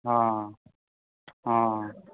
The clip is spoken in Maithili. हॅं हॅं